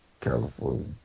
California